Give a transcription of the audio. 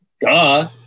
duh